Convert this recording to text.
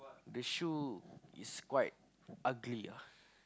the shoe is quite ugly lah